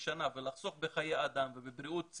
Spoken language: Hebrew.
יש אינטרס שכמה יותר גז יופק בארץ או בחו"ל מאתרי הגז